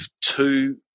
two